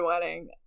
wedding